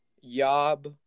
yob